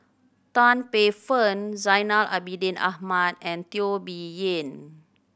Tan Paey Fern Zainal Abidin Ahmad and Teo Bee Yen